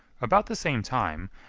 about the same time,